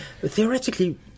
Theoretically